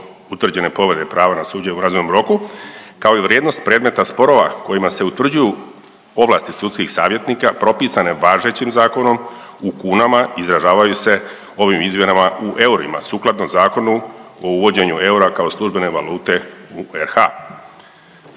utvrđene povrede prava na suđenje u razumnom roku kao i vrijednost predmeta sporova kojima se utvrđuju ovlasti sudskih savjetnika propisane važećim zakonom u kunama izražavaju se ovim izmjenama u eurima, sukladno Zakonu o uvođenju eura kao službene valute u RH.